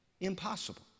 Impossible